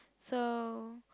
so